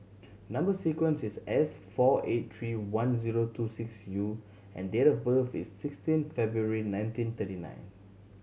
number sequence is S four eight three one zero two six U and date of birth is sixteen February nineteen thirty nine